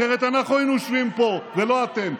אחרת אנחנו היינו יושבים פה ולא אתם.